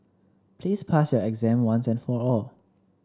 please pass your exam once and for all